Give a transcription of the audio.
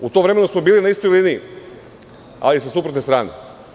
U tom vremenu smo bili na istoj liniji, ali sa suprotne strane.